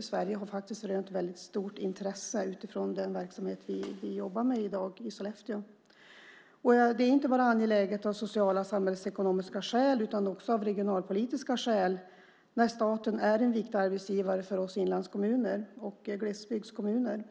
Sverige har rönt väldigt stort intresse utifrån den verksamhet vi jobbar med i dag i Sollefteå. Det är inte bara angeläget av sociala och samhällsekonomiska skäl utan också av regionalpolitiska skäl när staten är en viktig arbetsgivare för oss inlandskommuner och glesbygdskommuner.